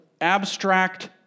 abstract